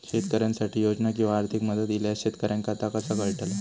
शेतकऱ्यांसाठी योजना किंवा आर्थिक मदत इल्यास शेतकऱ्यांका ता कसा कळतला?